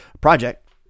project